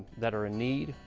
that are in need,